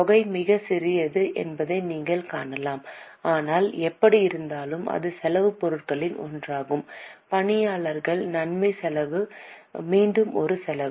தொகை மிகச் சிறியது என்பதை நீங்கள் காணலாம் ஆனால் எப்படியிருந்தாலும் இது செலவு பொருட்களில் ஒன்றாகும் பணியாளர் நன்மை செலவு மீண்டும் ஒரு செலவு